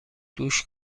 دوش